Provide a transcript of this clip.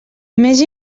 més